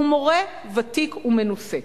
הוא מורה ותיק ומנוסה.